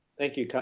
thank you,